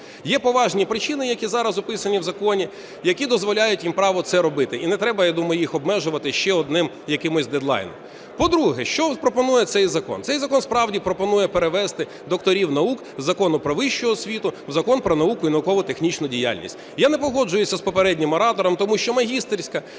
Є поважні причини, які зараз описані в законі, які дозволяють їм право це робити. І не треба, я думаю, їх обмежувати ще одним якимось дедлайном. По-друге. Що пропонує цей закон? Цей закон справді пропонує перевести докторів наук з Закону "Про вищу освіту" в Закон "Про науку і науково-технічну діяльність". Я не погоджуюся з попереднім оратором, тому що магістерська